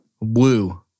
Woo